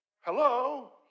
Hello